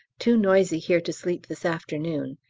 too noisy here to sleep this afternoon.